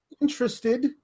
interested